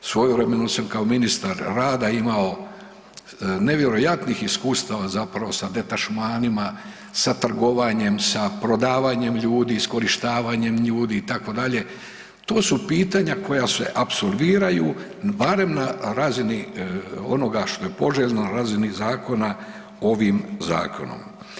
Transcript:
Svojevremeno sam kao ministar rada imao nevjerojatnih iskustava zapravo sa detašmanima, sa trgovanjem, sa prodavanjem ljudi, iskorištavanjem ljudi itd., to su pitanja koja se apsolviraju barem na razini onoga što je poželjno, na razini zakona ovim zakonom.